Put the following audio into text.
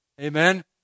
Amen